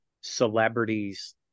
celebrities